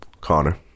Connor